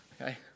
Okay